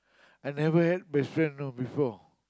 I never had best friend you know before